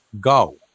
go